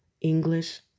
English